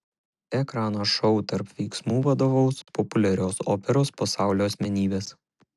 ekrano šou tarp veiksmų vadovaus populiarios operos pasaulio asmenybės